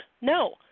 No